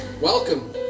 Welcome